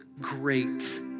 great